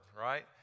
right